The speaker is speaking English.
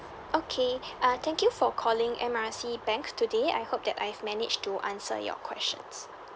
okay uh thank you for calling M R C bank today I hope that I've managed to answer your question